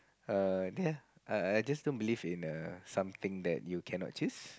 err ya I I just don't believe in err something that you cannot choose